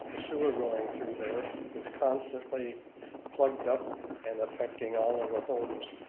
the sewer going through there is constantly plugged up and affecting all of the homes.